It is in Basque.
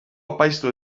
apaiztu